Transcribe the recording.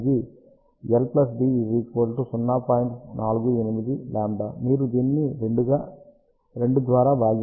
48λ మీరు దీనిని 2 ద్వారా భాగించాలి